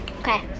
Okay